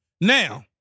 Now